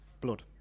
blood